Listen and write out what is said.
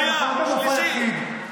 זה לא מופע יחיד.